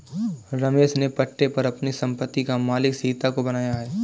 रमेश ने पट्टे पर अपनी संपत्ति का मालिक सीता को बनाया है